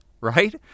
right